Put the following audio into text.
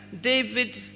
David